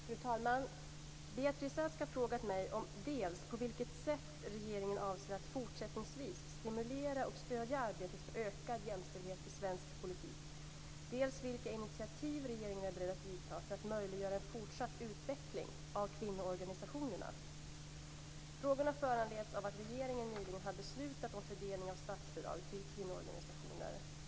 Fru talman! Beatrice Ask har frågat mig om dels på vilket sätt regeringen avser att fortsättningsvis stimulera och stödja arbetet för ökad jämställdhet i svensk politik, dels vilka initiativ regeringen är beredd att vidta för att möjliggöra en fortsatt utveckling av kvinnoorganisationerna. Frågorna föranleds av att regeringen nyligen har beslutat om fördelningen av statsbidrag till kvinnoorganisationer.